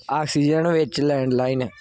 oxygen ਵਿੱਚ landline